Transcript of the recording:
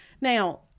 Now